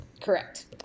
Correct